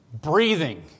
Breathing